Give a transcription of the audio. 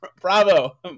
Bravo